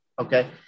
Okay